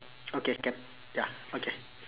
okay can ya okay